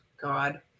God